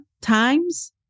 times